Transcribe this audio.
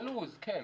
את הלו"ז, כן.